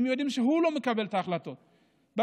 הם יודעים שהוא לא מקבל את ההחלטות בפועל,